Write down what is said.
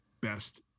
best